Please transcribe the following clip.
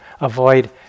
avoid